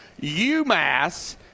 UMass